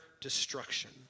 destruction